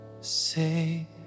Say